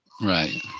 Right